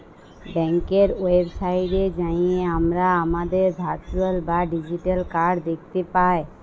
ব্যাংকের ওয়েবসাইটে যাঁয়ে আমরা আমাদের ভারচুয়াল বা ডিজিটাল কাড় দ্যাখতে পায়